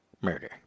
murder